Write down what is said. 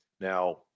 Now